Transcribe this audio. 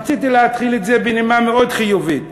רציתי להתחיל את זה בנימה מאוד חיובית,